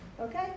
Okay